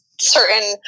certain